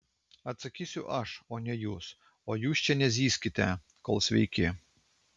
atsakysiu aš o ne jūs o jūs čia nezyzkite kol sveiki